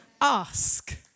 Ask